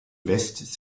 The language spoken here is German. west